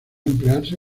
emplearse